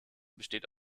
besteht